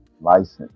license